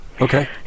Okay